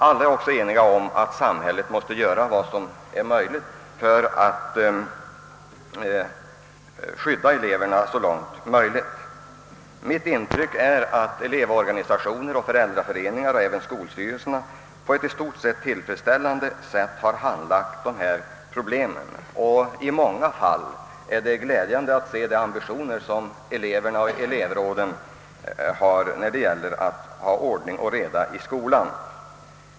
Alla är också eniga om att samhället måste göra vad som är möjligt för att skydda eleverna. Mitt intryck är att elevorganisationer, föräldraföreningar och även skolstyrelserna på ett i stort sett tillfredsställande sätt handlagt dessa problem. Det är också glädjande att se den ambition, som eleverna och elevråden i så många fall visar, att när det gäller, skapa ordning och reda i skolan.